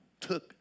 took